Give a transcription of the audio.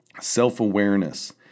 self-awareness